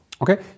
Okay